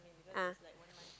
ah